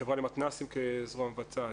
החברה למתנ"סים כזרוע מבצעת,